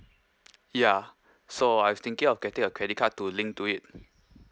ya so I've thinking of getting a credit card to link to it